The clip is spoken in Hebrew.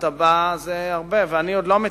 אתה בא, זה הרבה, ואני לא מטפל,